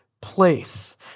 place